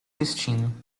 destino